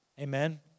Amen